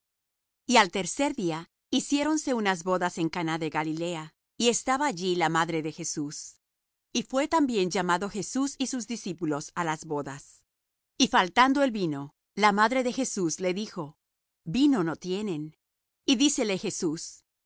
y al tercer día hiciéronse unas bodas en caná de galilea y estaba allí la madre de jesús y fué también llamado jesús y sus discípulos á las bodas y faltando el vino la madre de jesús le dijo vino no tienen y dícele jesús